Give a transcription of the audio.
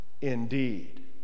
indeed